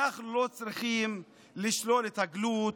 אנחנו לא צריכים לשלול את הגלות,